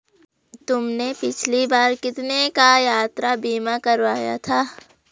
तुमने पिछली बार कितने का यात्रा बीमा करवाया था?